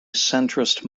centrist